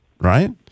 Right